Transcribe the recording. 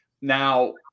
now